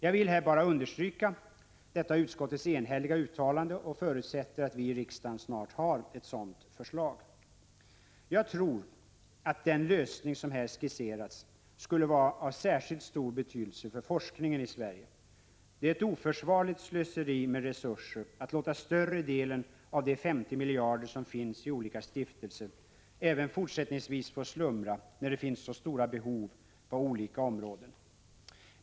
Jag vill här bara understryka detta utskottets enhälliga uttalande och förutsätter att vi i riksdagen snart har att ta ställning till ett sådant förslag. Jag tror att den lösning som här skisserats skulle vara av särskilt stor betydelse för forskningen i Sverige. Det är ett oförsvarligt slöseri med resurser att låta större delen av de 50 miljarder som finns i olika stiftelser även fortsättningsvis få slumra, när det finns så stora behov på olika områden.